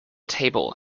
table